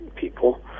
people